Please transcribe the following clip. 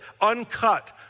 uncut